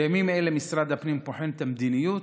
בימים אלה משרד הפנים בוחן את המדיניות